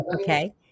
okay